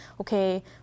okay